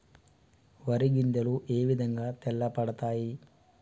వరి గింజలు ఏ విధంగా తెల్ల పడతాయి?